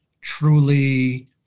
truly